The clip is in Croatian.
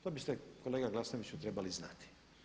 To biste kolega Glasnoviću trebali znati.